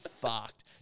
fucked